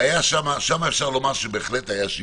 ושם אפשר לומר שבהחלט היה שיפור.